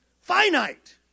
finite